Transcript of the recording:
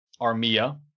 Armia